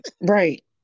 Right